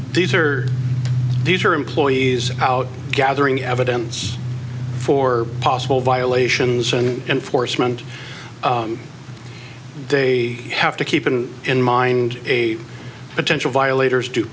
these are these are employees out gathering evidence for possible violations and enforcement they have to keep in in mind a potential violators due